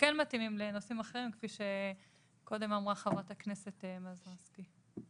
וכן לנושאים אחרים כפי שאמרה חברת הכנסת מזרסקי?